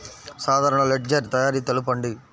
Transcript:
సాధారణ లెడ్జెర్ తయారి తెలుపండి?